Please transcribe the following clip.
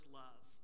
love